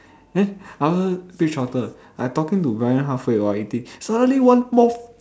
then I order pig trotter I talking to Bryan halfway while eating suddenly one moth